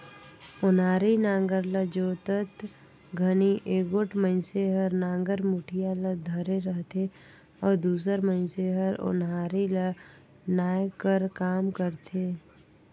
ओनारी नांगर ल जोतत घनी एगोट मइनसे हर नागर मुठिया ल धरे रहथे अउ दूसर मइनसे हर ओन्हारी ल नाए कर काम करथे